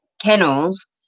kennels